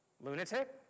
Lunatic